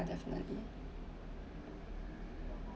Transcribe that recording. definitely